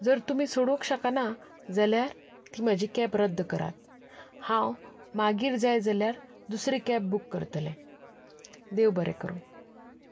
जर तुमी सोडूंक शकना जाल्यार म्हजी कॅब रद्द करात हांव मागीर जाय जाल्यार दुसरी कॅब बूक करतलें देव बरें करूं